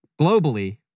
globally